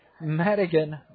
Madigan